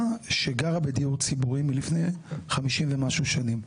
שגרה בדיור ציבורי מלפני 50 ומשהו שנים.